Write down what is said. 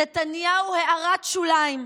נתניהו, הערת שוליים,